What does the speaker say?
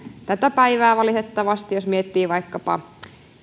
tätä päivää valitettavasti jos miettii vaikkapa